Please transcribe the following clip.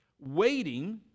waiting